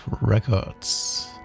records